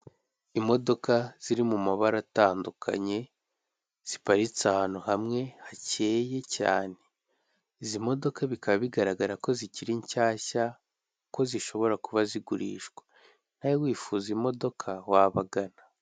Imodoka ziri mu mabara atandukanye, ziparitse ahantu hamwe hakeye cyane izi modoka bikaba bigaragara ko zikiri nshyashya ko zishobora kuba zigurishwa nta wifuza imodoka wabagana.